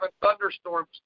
thunderstorms